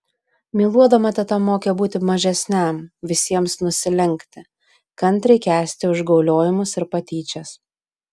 myluodama teta mokė būti mažesniam visiems nusilenkti kantriai kęsti užgauliojimus ir patyčias